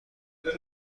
نگاه